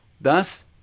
Thus